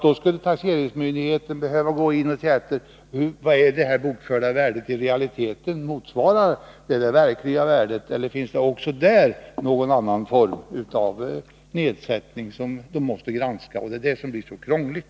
Då skulle taxeringsmyndigheten behöva gå in och kontrollera om det bokförda värdet i realiteten motsvarar det verkliga värdet eller om man också där gjort någon form av nedskrivning som måste granskas. Det är detta som blir så krångligt.